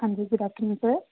ਹਾਂਜੀ good afternoon sir